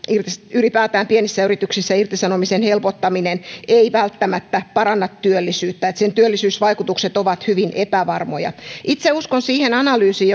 ylipäätään pienissä yrityksissä irtisanomisen helpottaminen ei välttämättä paranna työllisyyttä ja että sen työllisyysvaikutukset ovat hyvin epävarmoja itse uskon siihen analyysiin